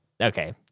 okay